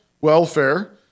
welfare